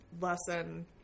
lesson